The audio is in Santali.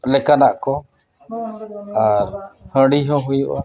ᱞᱮᱠᱟᱱᱟᱜ ᱠᱚ ᱟᱨ ᱦᱟᱺᱰᱤ ᱦᱚᱸ ᱦᱩᱭᱩᱜᱼᱟ